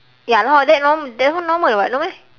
ya lah that one that one normal [what] no meh